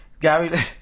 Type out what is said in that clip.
Gary